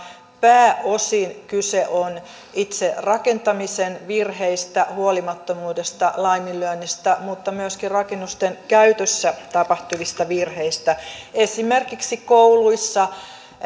pääosin kyse on itse rakentamisen virheistä huolimattomuudesta laiminlyönneistä ja myöskin rakennusten käytössä tapahtuvista virheistä esimerkiksi monissa kouluissa